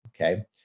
okay